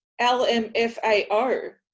LMFAO